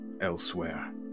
elsewhere